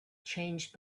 changed